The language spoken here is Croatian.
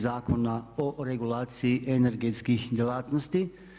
Zakona o regulaciji energetskih djelatnosti.